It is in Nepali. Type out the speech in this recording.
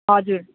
हजुर